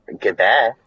Goodbye